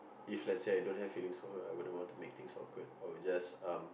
if let's say I don't have feelings for her I wouldn't want to make things awkward I would just um